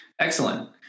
Excellent